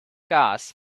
gas